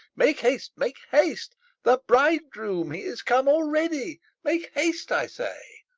make haste, make haste the bridegroom he is come already make haste, i say.